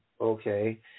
Okay